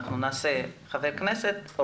ולאחר מכן עוד חבר כנסת.